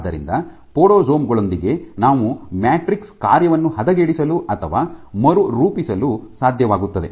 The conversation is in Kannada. ಆದ್ದರಿಂದ ಪೊಡೊಸೋಮ್ ಗಳೊಂದಿಗೆ ನಾವು ಮ್ಯಾಟ್ರಿಕ್ಸ್ ಕಾರ್ಯವನ್ನು ಹದಗೆಡಿಸಲು ಅಥವಾ ಮರುರೂಪಿಸಲು ಸಾಧ್ಯವಾಗುತ್ತದೆ